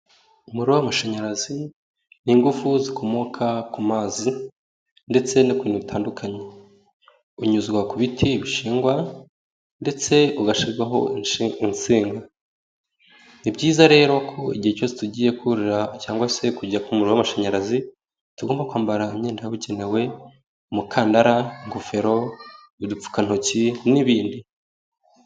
Umubariro w'amashanyarazi n'ingufu zikomoka ku mazi ndetse no ku bintu bitandukanye, unyuzwa ku biti bishingwa ndetse ugashirwaho insinga, ni byiza rero ko igihe cyose tugiye kurira cyangwa se kujya ku muyoboro w'amashanyarazi tugomba kwambara imyenda yabugenewe: umukandara, ingofero, udupfukantoki n'ibindi.